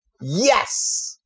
yes